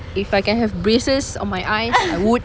if I can have braces on my eyes I would